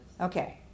Okay